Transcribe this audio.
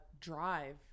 drive